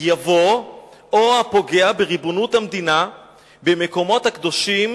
יבוא "או הפוגע בריבונות המדינה במקומות הקדושים